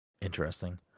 Interesting